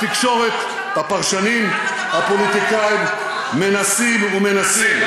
התקשורת, הפרשנים, הפוליטיקאים, מנסים ומנסים.